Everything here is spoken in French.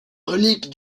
relique